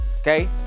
okay